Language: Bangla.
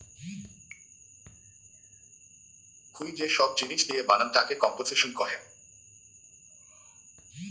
ভুঁই যে সব জিনিস দিয়ে বানান তাকে কম্পোসিশন কহে